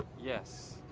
yes.